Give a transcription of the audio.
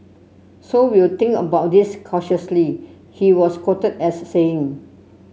so we'll think about this cautiously he was quoted as saying